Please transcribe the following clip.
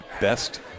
Best